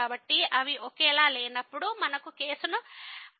కాబట్టి అవి ఒకేలా లేనప్పుడు మనము కేసును పరిశీలిస్తాము